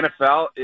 NFL